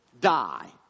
die